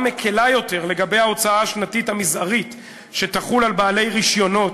מקלה יותר לגבי ההוצאה השנתית המזערית שתחול על בעלי רישיונות,